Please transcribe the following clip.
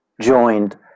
joined